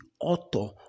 author